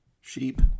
sheep